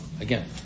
Again